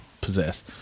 possess